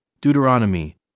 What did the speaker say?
Deuteronomy